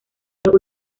los